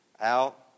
out